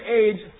age